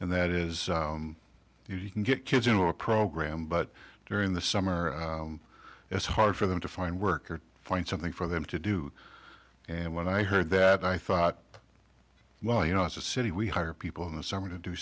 and that is you can get kids into a program but during the summer it's hard for them to find work or find something for them to do and when i heard that i thought well you know it's a city we hire people in the summer to do